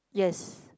yes